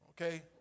Okay